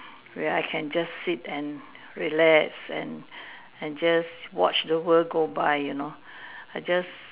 where I can just sit and relax and and just watch the world go by you know I just